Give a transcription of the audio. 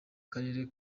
karere